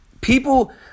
people